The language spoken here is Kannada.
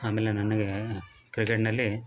ಆಮೇಲೆ ನನಗೆ ಕ್ರಿಕೆಟ್ನಲ್ಲಿ